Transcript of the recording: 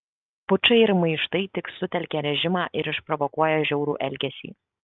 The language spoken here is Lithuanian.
pučai ir maištai tik sutelkia režimą ir išprovokuoja žiaurų elgesį